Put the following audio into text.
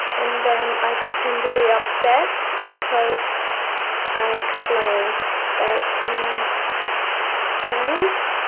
and then i pretend to be upset because i explain that it's my friend's,